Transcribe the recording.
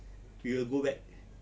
will go back